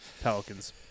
Pelicans